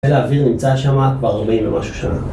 חיל האוויר נמצא שמה כבר עומד במשהו שנה